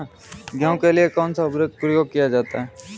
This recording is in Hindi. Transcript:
गेहूँ के लिए कौनसा उर्वरक प्रयोग किया जाता है?